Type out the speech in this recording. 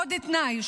עוד תנאי,